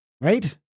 right